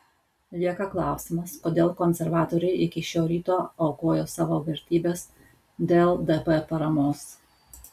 lieka klausimas kodėl konservatoriai iki šio ryto aukojo savo vertybes dėl dp paramos